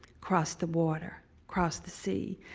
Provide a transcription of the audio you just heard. cross the water, cross the sea,